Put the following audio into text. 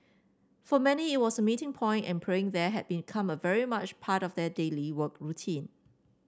for many it was a meeting point and praying there had become very much a part of their daily work routine